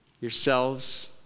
yourselves